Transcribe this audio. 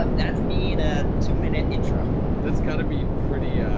um that's me in a two minute intro. that's got to be pretty, ah,